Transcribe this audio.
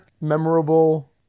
memorable